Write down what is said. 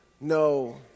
no